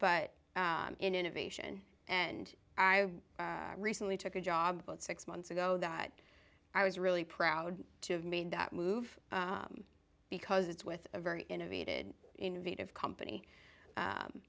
but in innovation and i recently took a job but six months ago that i was really proud to have made that move because it's with a very innovated innovative company